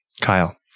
Kyle